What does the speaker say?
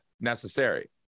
necessary